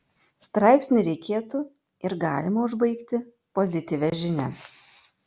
straipsnį reikėtų ir galima užbaigti pozityvia žinia